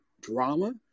drama